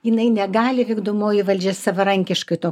jinai negali vykdomoji valdžia savarankiškai to